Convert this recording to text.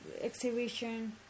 Exhibition